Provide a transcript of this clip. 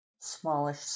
smallish